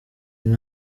uyu